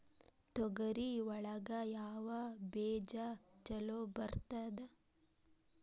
ತೊಗರಿ ಒಳಗ ಯಾವ ಬೇಜ ಛಲೋ ಬರ್ತದ?